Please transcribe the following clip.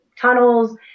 tunnels